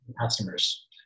customers